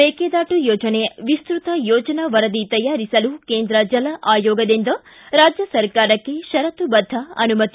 ಮೇಕೆದಾಟು ಯೋಜನೆ ವಿಸ್ತತ ಯೋಜನಾ ವರದಿ ತಯಾರಿಸಲು ಕೇಂದ್ರ ಜಲ ಅಯೋಗದಿಂದ ರಾಜ್ಯ ಸರ್ಕಾರಕ್ಕೆ ಷರತ್ತುಬದ್ಧ ಅನುಮತಿ